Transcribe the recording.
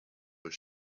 was